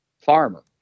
farmer